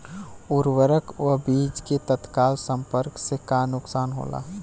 उर्वरक व बीज के तत्काल संपर्क से का नुकसान होला?